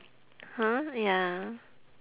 !huh! ya